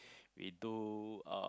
we do uh